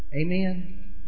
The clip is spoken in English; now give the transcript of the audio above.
Amen